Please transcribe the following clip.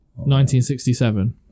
1967